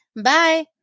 Bye